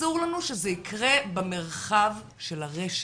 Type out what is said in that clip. אסור לנו שזה ייקרה במרחב של הרשת.